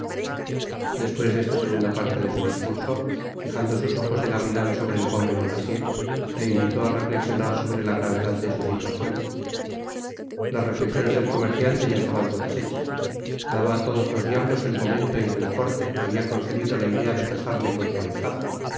despues de esta segunda parte de su discurso fijando sus ojos de gavilan sobre el pobre bonacieux le invitó á reflexionar sobre la gravedad de su situacion las reflexiones del comerciante ya estaban todas hechas daba á todos los diablos el momento en que laporte habia concebido la idea de casarle con su ahijada